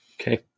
okay